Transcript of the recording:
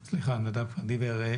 סליחה, נדב דיבר.